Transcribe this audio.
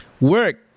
Work